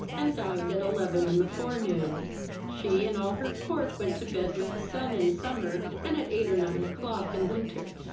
and dined at eleven in the forenoon she and all her court went to bed with the sun in summer, and at eight or nine o'clock in winter.